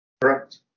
Correct